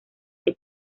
que